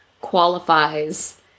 qualifies